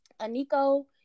Aniko